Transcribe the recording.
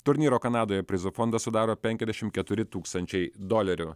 turnyro kanadoje prizų fondą sudaro penkiasdešim keturi tūkstančiai dolerių